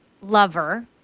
LOVER